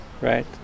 right